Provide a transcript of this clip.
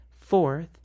Fourth